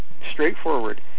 straightforward